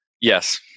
Yes